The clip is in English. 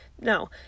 No